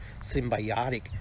symbiotic